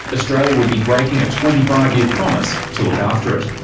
australia would be breaking a twenty five year promise to look after it.